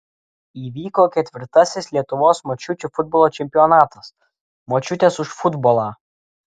įvyko ketvirtasis lietuvos močiučių futbolo čempionatas močiutės už futbolą